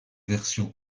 version